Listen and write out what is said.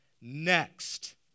next